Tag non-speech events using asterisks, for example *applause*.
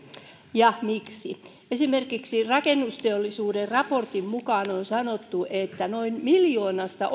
ja miksi esimerkiksi rakennusteollisuuden raportin mukaan on on sanottu että yli puolet noin miljoonasta *unintelligible*